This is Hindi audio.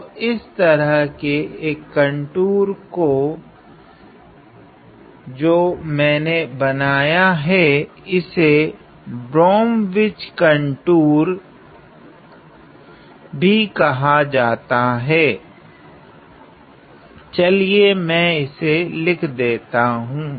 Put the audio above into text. तो इस तरह के एक कंटूर को जैसा जी मैंने बनाया हैं इसे ब्रोम विच कंटूर भी कहा जाता हैं चलिये मैं इसे लिख भी देता हूँ